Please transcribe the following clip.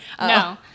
No